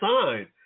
sign